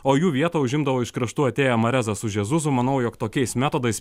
o jų vietą užimdavo iš kraštų atėję marezas su žesusu manau jog tokiais metodais